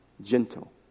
Gentle